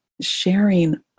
sharing